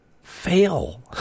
fail